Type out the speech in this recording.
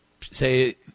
say